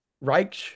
Reich